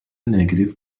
negative